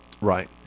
Right